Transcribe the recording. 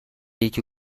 یکی